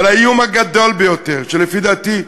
אבל האיום הגדול ביותר, לפי דעתי,